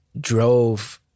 drove